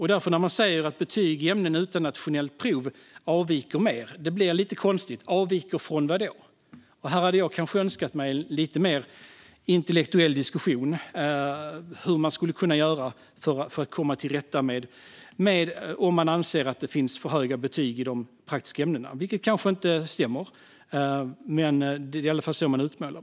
När man säger att betyg i ämnen utan nationellt prov avviker mer blir det därför lite konstigt - avviker från vad? Jag hade kanske önskat mig en lite mer intellektuell diskussion om hur man skulle kunna göra för att komma till rätta med saken, om man anser att betygen är för höga i de praktiska ämnena - vilket kanske inte stämmer, men det är i alla fall så det utmålas.